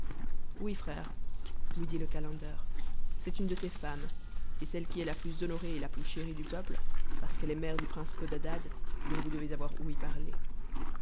oui frère lui dit le ca ender c'est une de ses femmes et celle qui est la plus honorée et la plus chérie du peuple parce qu'elle est mère du prince codadad dont vous devez avoir ouï parler